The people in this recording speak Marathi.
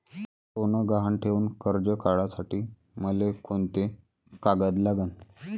सोनं गहान ठेऊन कर्ज काढासाठी मले कोंते कागद लागन?